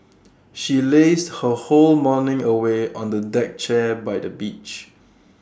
she lazed her whole morning away on A deck chair by the beach